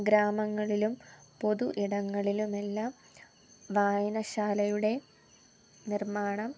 ഗ്രാമങ്ങളിലും പൊതു ഇടങ്ങളിലും എല്ലാം വായനശാലയുടെ നിർമ്മാണം